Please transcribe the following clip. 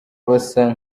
basa